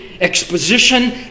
exposition